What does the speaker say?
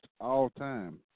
all-time